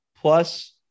plus